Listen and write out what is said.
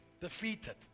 defeated